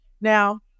Now